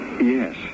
Yes